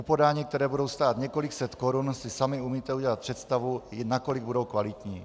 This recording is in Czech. U podání, která budou stát několik set korun, si sami umíte udělat představu, nakolik budou kvalitní.